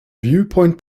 viewpoint